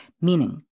meaning